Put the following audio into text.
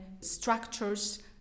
structures